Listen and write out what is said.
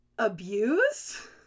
abuse